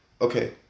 Okay